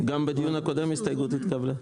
גם בדיון הקודם ההסתייגות התקבלה.